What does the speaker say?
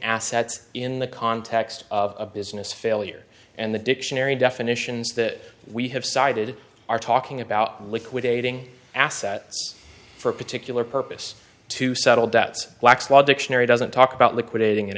assets in the context of a business failure and the dictionary definitions that we have cited are talking about liquidating assets for a particular purpose to settle that's black's law dictionary doesn't talk about liquidating